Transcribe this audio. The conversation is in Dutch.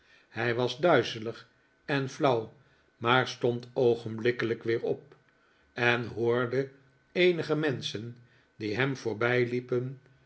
hij was duizelig en flauw maar stond pogenblikkelijk weer op en hoorde eenige menschen die hem